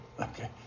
Okay